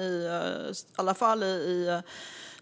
I alla fall i